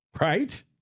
Right